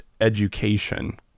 education